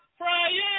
praying